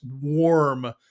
warm